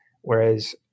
Whereas